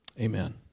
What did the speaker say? Amen